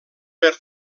per